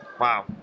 Wow